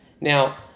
Now